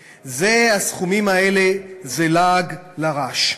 הסכומים האלה זה לעג לרש.